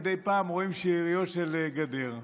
מדי פעם רואים שאריות של גדר.